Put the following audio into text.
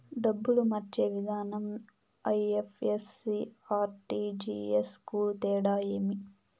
డబ్బులు మార్చే విధానం ఐ.ఎఫ్.ఎస్.సి, ఆర్.టి.జి.ఎస్ కు తేడా ఏమి?